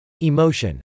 Emotion